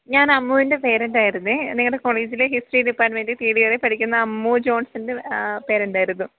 ഞാന് അമ്മുവിൻ്റെ പേരന്റായിരുന്നു നിങ്ങളുടെ കോളേജിലെ ഹിസ്റ്ററി ഡിപ്പാർട്മെൻ്റില് ടി ഡി ആർ എ പഠിക്കുന്ന അമ്മു ജോൺസൺൻ്റെ പേരന്റായിരുന്നു